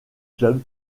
club